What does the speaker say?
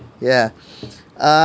yeah uh